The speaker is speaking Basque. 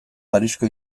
parisko